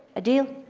a deal.